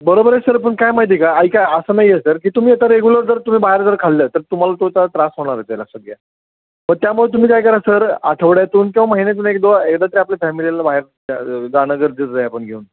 बरोबर आहे सर पण काय माहिती आहे का ऐका असं नाही आहे सर की तुम्ही आता रेगुलर जर तुम्ही बाहेर जर खाल्लं तर तुम्हाला तो काय त्रास होणारच आहे लक्षात घ्या तर त्यामुळे तुम्ही काय करा सर आठवड्यातून किंवा महिन्यातून एक दो एकदा तरी आपल्या फॅमिलीला बाहेर जाणं गरजेचं आहे आपण घेऊन